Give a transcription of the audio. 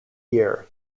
year